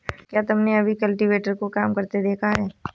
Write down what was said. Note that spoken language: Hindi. क्या तुमने कभी कल्टीवेटर को काम करते देखा है?